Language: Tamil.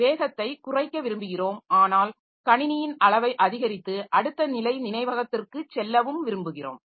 வேகத்தைக் குறைக்க விரும்புகிறோம் ஆனால் கணினியின் அளவை அதிகரித்து அடுத்த நிலை நினைவகத்திற்கு செல்லவும் விரும்புகிறோம்